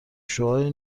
شعاع